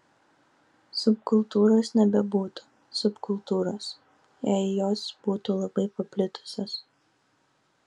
subkultūros nebebūtų subkultūros jei jos būtų labai paplitusios